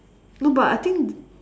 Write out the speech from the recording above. no but I think